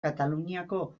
kataluniako